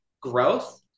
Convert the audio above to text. growth